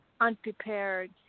unprepared